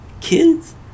Kids